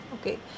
okay